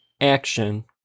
action